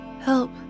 help